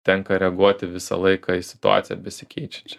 tenka reaguoti visą laiką į situaciją besikeičiančią